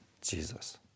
Jesus